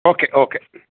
okay okay